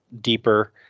deeper